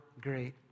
great